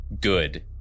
good